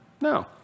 No